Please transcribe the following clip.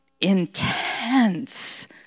intense